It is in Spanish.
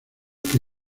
que